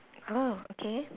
oh okay